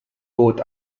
both